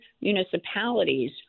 municipalities